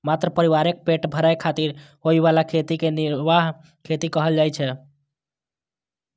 मात्र परिवारक पेट भरै खातिर होइ बला खेती कें निर्वाह खेती कहल जाइ छै